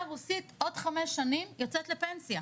הרוסית עוד חמש שנים יוצאת לפנסיה,